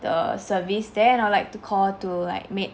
the service there and I'd like to call to like make